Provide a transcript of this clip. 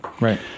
right